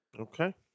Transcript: Okay